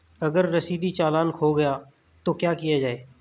अगर रसीदी चालान खो गया तो क्या किया जाए?